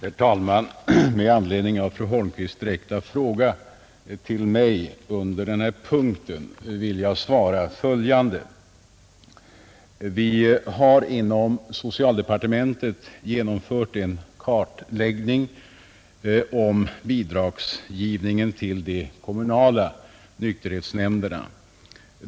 Herr talman! Med anledning av fru Holmqvists direkta fråga till mig under denna punkt vill jag svara följande. Vi har inom socialdepartementet genomfört en kartläggning av bidragsgivningen till de kommunala nykterhetsnämnderna.